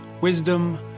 wisdom